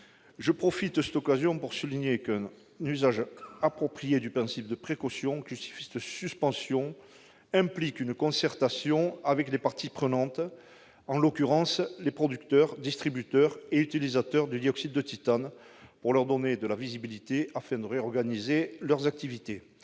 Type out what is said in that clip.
Je profite de l'occasion pour souligner qu'un usage approprié du principe de précaution, lequel justifie cette suspension, implique une concertation avec les parties prenantes, en l'occurrence les producteurs, distributeurs et utilisateurs du dioxyde de titane, pour leur donner de la visibilité, afin de leur permettre de réorganiser leurs activités